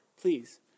please